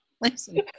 Listen